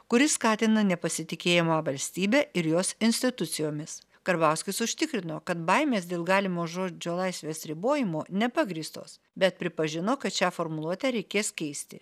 kuri skatina nepasitikėjimą valstybe ir jos institucijomis karbauskis užtikrino kad baimės dėl galimo žodžio laisvės ribojimo nepagrįstos bet pripažino kad šią formuluotę reikės keisti